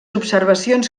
observacions